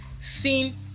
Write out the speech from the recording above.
Seen